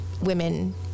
women